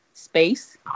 space